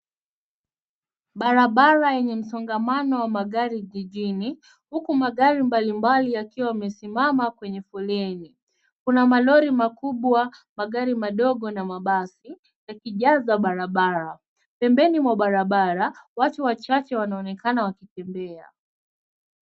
Barabara yenye msongamano wa magari jijini huku magari mbalimbali yakiwa yamesimama kwenye foleni. Kuna malori makubwa, magari madogo na mabasi yakijaza barabara. Pembeni mwa barabara watu wachache wanaonekana wakikimbia.